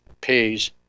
pays